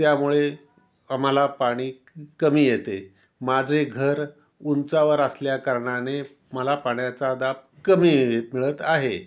त्यामुळे आम्हाला पाणी कमी येते माझे घर उंचावर असल्या कारणाने मला पाण्याचा दाब कमी मिळत आहे